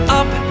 up